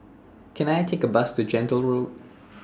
Can I Take A Bus to Gentle Road